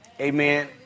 Amen